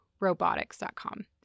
robotics.com